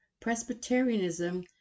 Presbyterianism